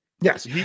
Yes